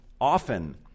often